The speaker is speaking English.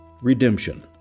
Redemption